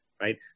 right